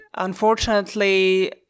Unfortunately